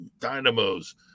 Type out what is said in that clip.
Dynamos